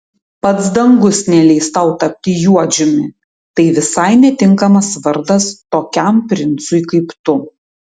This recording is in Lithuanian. pats dangus neleis tau tapti juodžiumi tai visai netinkamas vardas tokiam princui kaip tu